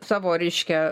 savo reiškia